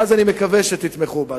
ואז אני מקווה שתתמכו בה.